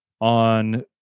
on